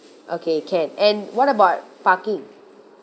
okay can and what about parking